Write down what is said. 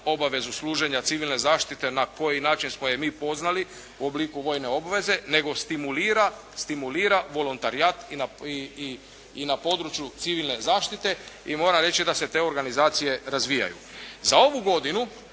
obavezu služenja civilne zaštite na koji način smo je mi poznali u obliku vojne obveze, nego stimulira voluntarijat i na području civilne zaštite i moram reći da se te organizacije razvijaju. Za ovu godinu